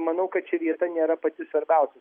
manau kad čia vieta nėra pati svarbiausia